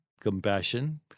compassion